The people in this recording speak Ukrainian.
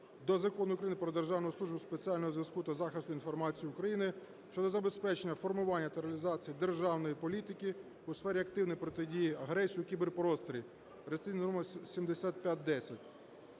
до Закону України "Про Державну службу спеціального зв'язку та захисту інформації України" щодо забезпечення формування та реалізації державної політики у сфері активної протидії агресії у кіберпросторі (реєстраційний номер 7510).